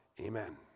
Amen